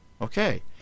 Okay